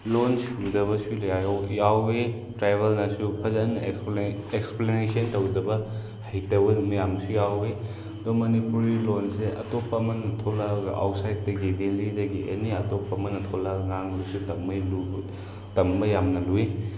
ꯂꯣꯜ ꯁꯨꯗꯕꯁꯨ ꯀꯌꯥ ꯌꯥꯎꯏ ꯇ꯭ꯔꯥꯚꯦꯜꯅꯁꯨ ꯑꯗꯨ ꯐꯖꯅ ꯑꯦꯛꯁꯄ꯭ꯂꯦꯟꯅꯦꯁꯟ ꯇꯧꯗꯕ ꯍꯩꯇꯕ ꯃꯌꯥꯝꯁꯨ ꯌꯥꯎꯏ ꯑꯗꯨ ꯃꯅꯤꯄꯨꯔꯤ ꯂꯣꯜꯁꯦ ꯑꯇꯣꯞꯄ ꯑꯃꯅ ꯊꯣꯛꯂꯛꯑꯒ ꯑꯥꯎꯁꯥꯏꯗꯇꯒꯤ ꯗꯦꯂꯤꯗꯒꯤ ꯑꯦꯅꯤ ꯑꯇꯣꯞꯄ ꯑꯃꯅ ꯊꯣꯛꯂꯛꯑꯒ ꯉꯥꯡꯕꯁꯨ ꯇꯝꯕ ꯌꯥꯝꯅ ꯂꯨꯏ